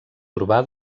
urbà